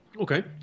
Okay